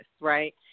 right